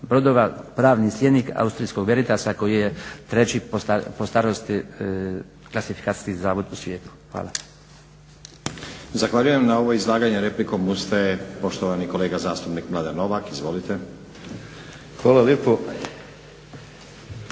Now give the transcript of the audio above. brodova pravni slijednik Austrijskog veritasa koji je treći po starosti klasifikacijski zavod u svijetu. Hvala. **Stazić, Nenad (SDP)** Zahvaljujem. Na ovo izlaganje replikom ustaje poštovani kolega zastupnik Mladen Novak. Izvolite. **Novak, Mladen